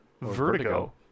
Vertigo